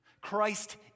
Christ